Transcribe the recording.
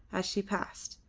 as she passed,